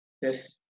Yes